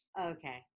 okay